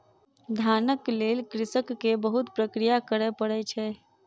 धानक लेल कृषक के बहुत प्रक्रिया करय पड़ै छै